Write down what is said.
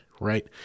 right